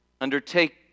undertake